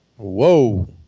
whoa